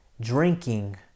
drinking